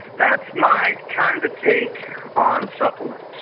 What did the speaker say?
that's my kind to take on supplements.